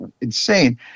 insane